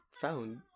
found